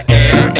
air